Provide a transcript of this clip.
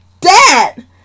Dad